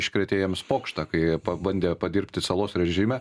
iškrėtė jiems pokštą kai pabandė padirbti salos režime